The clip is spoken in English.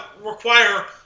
require